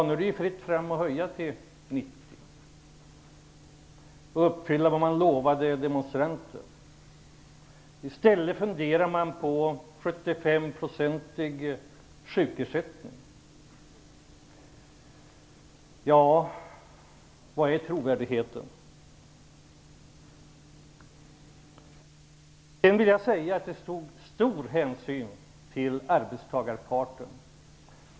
Nu är det ju fritt fram att höja till 90 % och uppfylla vad Socialdemokraterna lovade demonstranterna. I stället funderar man på 75 Det togs stor hänsyn till arbetstagarparten.